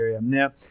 Now